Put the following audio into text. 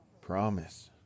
Promise